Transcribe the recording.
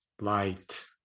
light